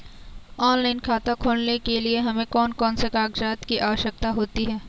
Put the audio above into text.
Online खाता खोलने के लिए हमें कौन कौन से कागजात की आवश्यकता होती है?